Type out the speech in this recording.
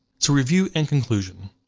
so review and conclusion.